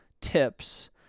tips